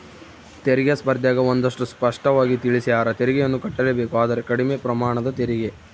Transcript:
ತೆರಿಗೆ ಸ್ಪರ್ದ್ಯಗ ಒಂದಷ್ಟು ಸ್ಪಷ್ಟವಾಗಿ ತಿಳಿಸ್ಯಾರ, ತೆರಿಗೆಯನ್ನು ಕಟ್ಟಲೇಬೇಕು ಆದರೆ ಕಡಿಮೆ ಪ್ರಮಾಣದ ತೆರಿಗೆ